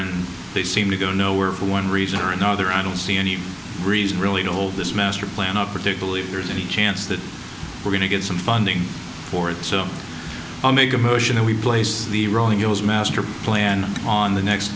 and they seem to go nowhere for one reason or another i don't see any reason really don't hold this masterplan up particularly if there's any chance that we're going to get some funding for it so i make a motion and we place the rolling hills master plan on the next